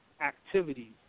Activities